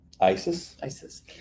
ISIS